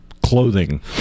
clothing